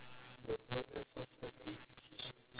so I just K I just circle one one ball ah